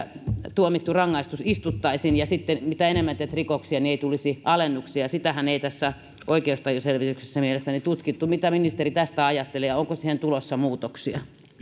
tuomittu rangaistus istuttaisiin ja sitten se että jos enemmän teet rikoksia niin ei tulisi alennuksia sitähän ei tässä oikeustajuselvityksessä mielestäni tutkittu mitä ministeri tästä ajattelee ja onko siihen tulossa muutoksia